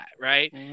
Right